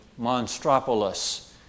Monstropolis